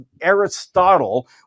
Aristotle